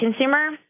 consumer